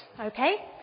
Okay